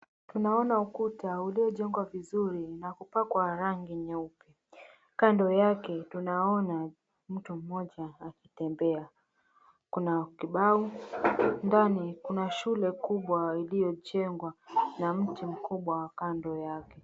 Tunaona ukuta uliojengwa vizuri na kupakwa rangi nyeupe. Kando yake tunaona mtu mmoja akitembea. Kuna kibao. Ndani kuna shule kubwa uliojengwa na mti mkubwa wa kando yake.